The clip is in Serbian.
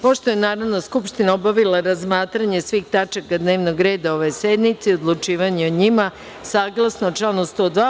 Pošto je Narodna skupština obavila razmatranje svih tačaka dnevnog reda ove sednice i odlučivanje o njima, saglasno članu 102.